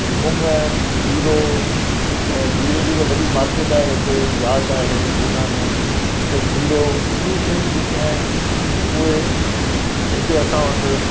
मुङ जीरो ऐं धीरे धीरे वॾी मार्केट आहे हिते यादि आहे उना में त जीरो इहे शयूं जेकी आहिनि उहे हिते असां वटि